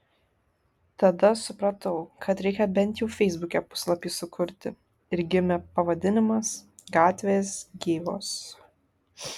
tada supratau kad reikia bent jau feisbuke puslapį sukurti ir gimė pavadinimas gatvės gyvos